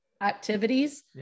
activities